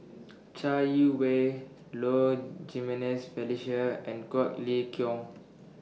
Chai Yee Wei Low Jimenez Felicia and Quek Ling Kiong